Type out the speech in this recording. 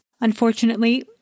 Unfortunately